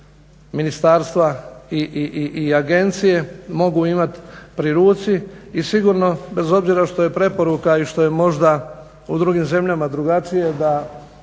ministarstva i agencije mogu imat pri ruci, i sigurno bez obzira što je preporuka i što je možda u drugim zemljama drugačije da